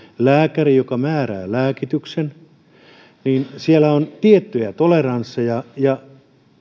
lääkäri määrää lääkityksen etteikö edelleenkin siellä ole tiettyjä toleransseja ja